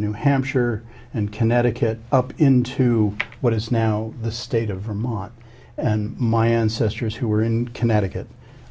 new hampshire and connecticut into what is now the state of vermont and my ancestors who were in connecticut